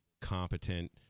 competent